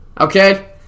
okay